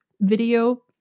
video